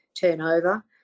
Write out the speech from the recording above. turnover